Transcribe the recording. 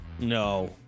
No